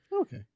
Okay